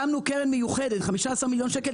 הקמנו קרן מיוחדת בסך 15 מיליון שקל